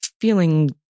feeling